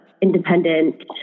independent